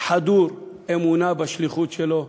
חדור אמונה בשליחות שלו.